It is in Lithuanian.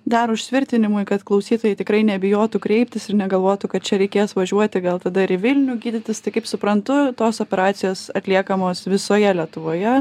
dar užtvirtinimui kad klausytojai tikrai nebijotų kreiptis ir negalvotų kad čia reikės važiuoti gal tada ir į vilnių gydytis tai kaip suprantu tos operacijos atliekamos visoje lietuvoje